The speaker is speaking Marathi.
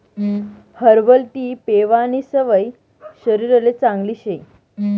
हर्बल टी पेवानी सवय शरीरले चांगली शे